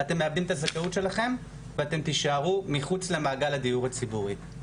אתן מאבדות את הזכאות שלכן ואתן תישארו מחוץ למעגל הדיור הציבורי.